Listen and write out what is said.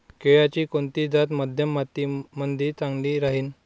केळाची कोनची जात मध्यम मातीमंदी चांगली राहिन?